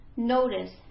Notice